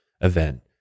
event